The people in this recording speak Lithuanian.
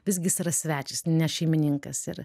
visgi jis yra svečias ne šeimininkas ir